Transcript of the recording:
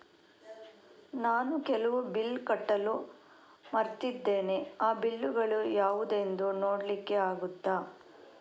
ನಾನು ಕೆಲವು ಬಿಲ್ ಕಟ್ಟಲು ಮರ್ತಿದ್ದೇನೆ, ಆ ಬಿಲ್ಲುಗಳು ಯಾವುದೆಂದು ನೋಡ್ಲಿಕ್ಕೆ ಆಗುತ್ತಾ?